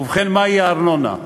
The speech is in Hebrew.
ובכן, מהי הארנונה?